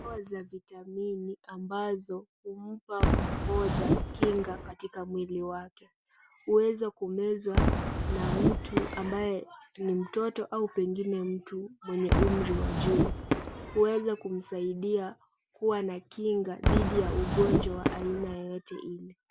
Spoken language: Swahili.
Dawa za vitamini ambazo humpa mmoja kinga katika mwili wake. Huweza kumezwa na mtu ambaye ni mtoto au pengine mtu mwenye umri wa juu. Huweza kumsaidia kuwa na kinga dhidi ya ugonjwa wa aina yoyote ile.